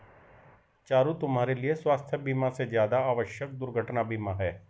चारु, तुम्हारे लिए स्वास्थ बीमा से ज्यादा आवश्यक दुर्घटना बीमा है